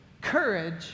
courage